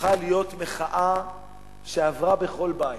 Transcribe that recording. הפכה להיות מחאה שעברה בכל בית,